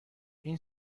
این